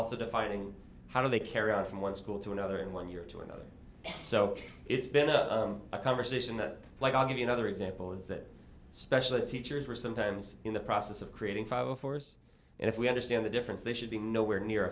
also defining how do they carry on from one school to another in one year to another so it's been a conversation that like i'll give you another example is that special ed teachers were sometimes in the process of creating five of force and if we understand the difference they should be nowhere near a